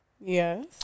Yes